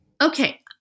Okay